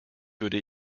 würde